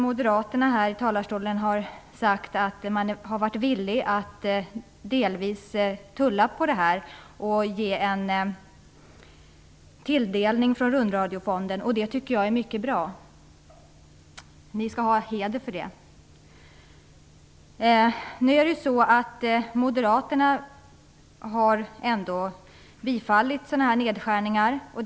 Moderaterna har i talarstolen sagt att de är villiga att delvis tulla på detta och tilldela medel från Rundradiofonden. Det tycker jag är bra, det skall ni ha heder för. Moderaterna har ändå tillstyrkt nedskärningarna.